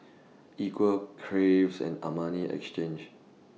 Equal Craves and Armani Exchange